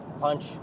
punch